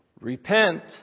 repent